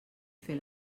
fer